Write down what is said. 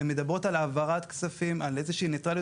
הן מדברות על העברת כספים ועל איזו שהיא ניטרליות